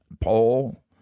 Paul